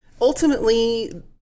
Ultimately